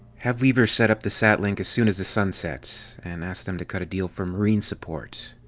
have weaver set up the sat-link as soon as the suns set, and ask them to cut a deal for marine support.